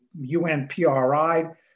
UNPRI